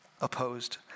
opposed